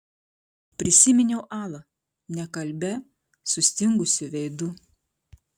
prisiminiau alą nekalbią sustingusiu veidu